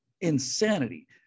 insanity